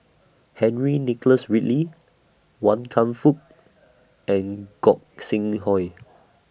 Henry Nicholas Ridley Wan Kam Fook and Gog Sing Hooi